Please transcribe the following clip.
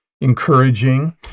encouraging